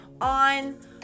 on